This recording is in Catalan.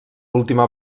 última